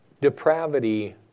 depravity